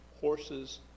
horses